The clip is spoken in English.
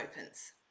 opens